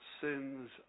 sins